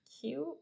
cute